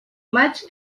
maig